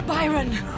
Byron